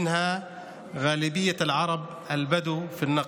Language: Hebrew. אשר סובלים ממנו רוב הערבים הבדואים בנגב.